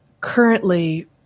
currently